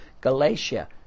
Galatia